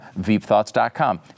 veepthoughts.com